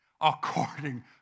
according